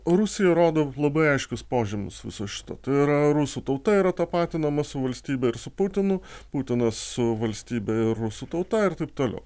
rusija rodo labai aiškius požymius viso šito tai yra rusų tauta yra tapatinama su valstybe ir su putinu putinas su valstybe ir rusų tauta ir taip toliau